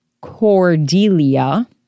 Cordelia